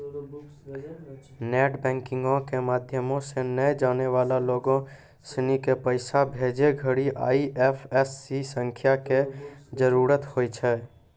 net बैंकिंगो के माध्यमो से नै जानै बाला लोगो सिनी के पैसा भेजै घड़ि आई.एफ.एस.सी संख्या के जरूरत होय छै